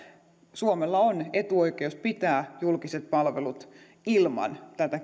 suomella on etuoikeus pitää julkiset palvelut ilman tätä